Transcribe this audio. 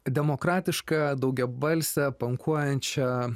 demokratišką daugiabalsę pankuojančią